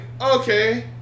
okay